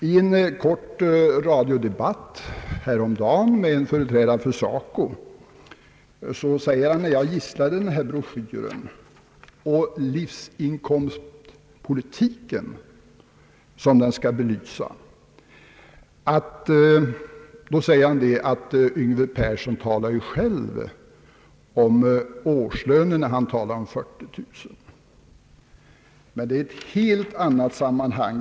I en kort radiodebatt häromdagen med en företrädare för SACO sade denne, när jag gisslade broschyren och livsinkomstpolitiken som den skall belysa, att »Yngve Persson ju själv talar om årslöner när han talar om 40 000 kronor». Men det var i ett helt annat sammanhang.